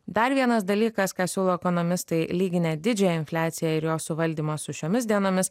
dar vienas dalykas ką siūlo ekonomistai lyginę didžiąją infliaciją ir jos suvaldymą su šiomis dienomis